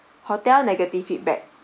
hotel negative feedback